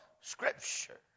scripture